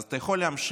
אז אתה יכול להמשיך